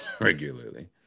regularly